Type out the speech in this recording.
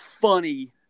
funny